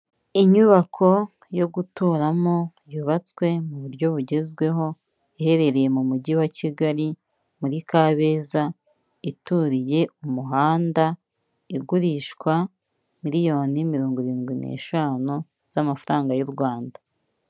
Inyubako yo guturamo yubatswe mu buryo bugezweho iherereye mu mujyi wa Kigali muri Kabeza ituriye umuhanda, igurishwa miliyoni mirongo irindwi n'eshanu z'amafaranga y'u Rwanda.